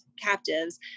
captives